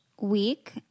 week